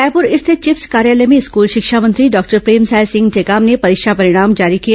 रायपुर स्थित चिप्स कार्यालय में स्कूल शिक्षा मंत्री डॉक्टर प्रेमसाय सिंह टेकाम ने परीक्षा परिणाम जारी किए